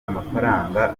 amafaranga